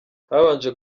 habanje